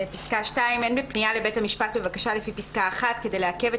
"(2)אין בפנייה לבית המשפט בבקשה לפי פסקה (1) כדי לעכב את